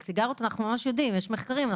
על סיגריות אנחנו ממש יודעים, יש מחקרים.